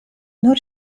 nur